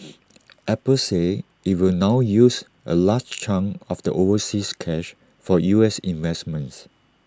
Apple said IT will now use A large chunk of the overseas cash for U S investments